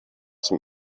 zum